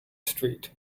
street